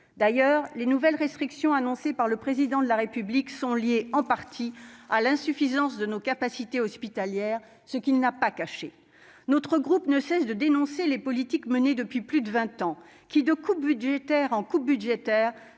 D'ailleurs, les nouvelles restrictions annoncées par le Président de la République sont en partie liées à l'insuffisance de nos capacités hospitalières, ce qu'il n'a pas caché. Notre groupe ne cesse de dénoncer les politiques menées depuis plus de vingt ans, qui, de coupes budgétaires en coupes budgétaires,